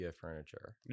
furniture